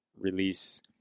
release